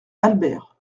albert